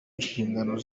inshingano